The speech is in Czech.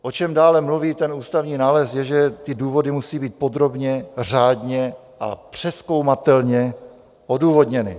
O čem dále mluví ústavní nález, je, že důvody musejí být podrobně, řádně a přezkoumatelně odůvodněny.